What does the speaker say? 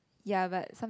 ya but some